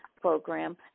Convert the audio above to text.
program